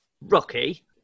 Rocky